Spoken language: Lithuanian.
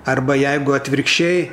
arba jeigu atvirkščiai